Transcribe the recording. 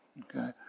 Okay